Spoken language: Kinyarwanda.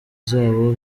zabo